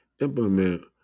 Implement